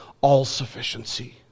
all-sufficiency